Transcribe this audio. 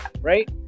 Right